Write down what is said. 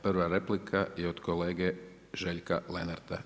Prva replika je od kolege Željka Lenarta.